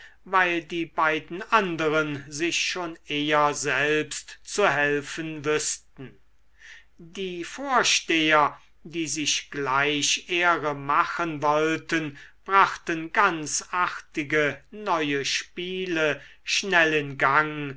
weil die beiden anderen sich schon eher selbst zu helfen wüßten die vorsteher die sich gleich ehre machen wollten brachten ganz artige neue spiele schnell in gang